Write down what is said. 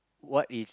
what is